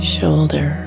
Shoulder